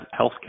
healthcare